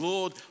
Lord